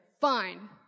fine